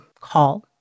call